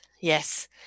yes